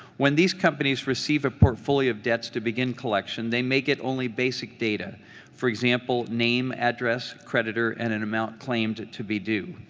when these companies receive a portfolio of debts to begin collection, they may get only basic data for example, name, address, creditor, and an amount claimed to be due.